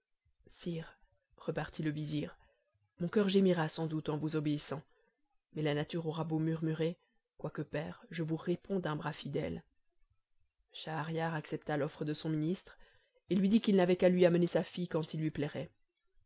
sire repartit le vizir mon coeur gémira sans doute en vous obéissant mais la nature aura beau murmurer quoique père je vous réponds d'un bras fidèle schahriar accepta l'offre de son ministre et lui dit qu'il n'avait qu'à lui amener sa fille quand il lui plairait